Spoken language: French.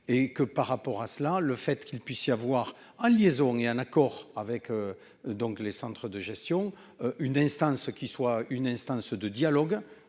et que par rapport à cela le fait qu'il puisse y avoir en liaison et un accord avec. Donc les centres de gestion, une instance qui soit une instance de dialogue.